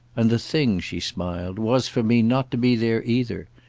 and the thing, she smiled, was for me not to be there either.